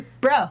Bro